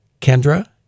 Kendra